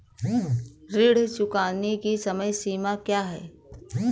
ऋण चुकाने की समय सीमा क्या है?